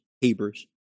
Hebrews